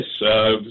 Yes